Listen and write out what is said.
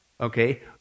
okay